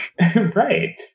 Right